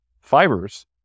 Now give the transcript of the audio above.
fibers